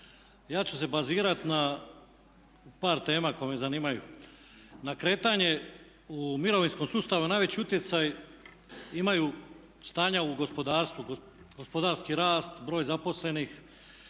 Ja ću se bazirati na par tema koje me zanimaju. Na kretanje u mirovinskom sustavu najveći utjecaj imaju stanja u gospodarstvu, gospodarski rast, broj zaposlenih,